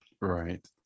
Right